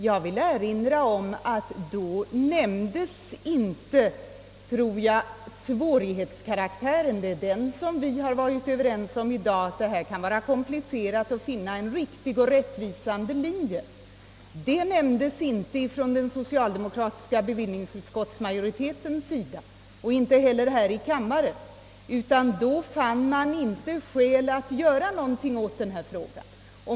Jag vill erinra om att man då inte nämnde svårighetskaraktären. Det är den vi är överens om i dag. Vi har enats om att det är komplicerat att finna en riktig och rättvisande linje. Den saken nämnde inte talesmännen för den socialdemokratiska majoriteten i bevillningsutskottet, och inte heller nämndes det här i kammaren. Då fann man inte skäl föreligga att göra något åt denna fråga.